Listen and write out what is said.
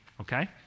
okay